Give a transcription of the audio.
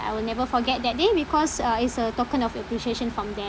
I will never forget that day because uh it's a token of appreciation from th~